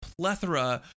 plethora